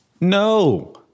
No